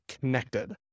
connected